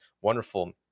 wonderful